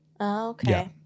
Okay